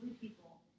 people